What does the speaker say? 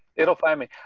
it'll find me.